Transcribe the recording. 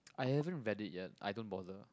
I haven't valid yet I don't bother